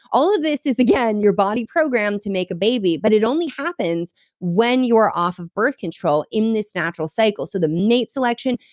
all of this is, again, your body programmed to make a baby. but it only happens when you're off of birth control, in this natural cycle. so the mate selection,